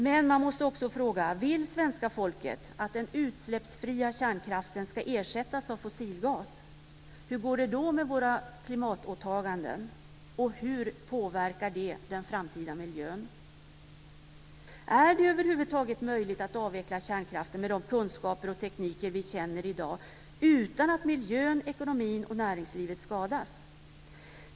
Men man måste också fråga sig om det svenska folket vill att den utsläppsfria kärnkraften ska ersättas av fossilgas. Hur går det då med våra klimatåtaganden? Hur påverkar det den framtida miljön? Är det över huvud taget möjligt att avveckla kärnkraften med de kunskaper och tekniker vi känner till i dag utan att miljön, ekonomin och näringslivet skadas?